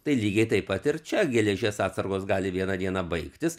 tai lygiai taip pat ir čia geležies atsargos gali vieną dieną baigtis